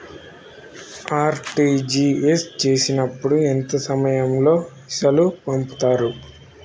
RTGS చేసినప్పుడు ఎంత సమయం లో పైసలు పంపుతరు?